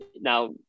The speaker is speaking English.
Now